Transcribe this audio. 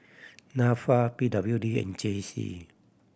Nafa P W D and J C